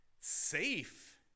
Safe